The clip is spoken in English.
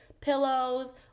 pillows